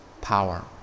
power